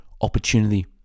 opportunity